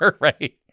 right